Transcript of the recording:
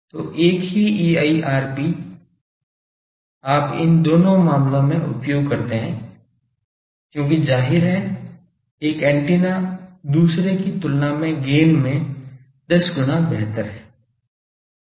तो एक ही EIRP आप इस दोनों मामलों में उपयोग करते हैं क्योंकि जाहिर है एक एंटीना दूसरे की तुलना में गैन में 10 गुना बेहतर है